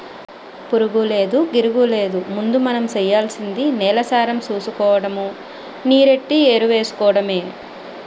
పురుగూలేదు, గిరుగూలేదు ముందు మనం సెయ్యాల్సింది నేలసారం సూసుకోడము, నీరెట్టి ఎరువేసుకోడమే